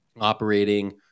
operating